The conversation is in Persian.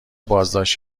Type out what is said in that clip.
بازداشت